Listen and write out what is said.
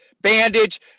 bandage